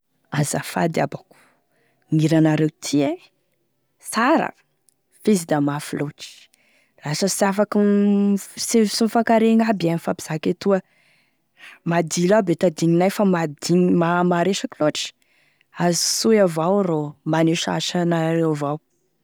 Azafady abako, gn'hiranareo ty e sara fa izy da mafy loatry, lasa sy afaky, sy mifankaregny aby iay mifampizaka etoa, madilo aby e tadigninay fa madig- maresaky loatry, azosoy avao rô mba anio sahatry anareo avao.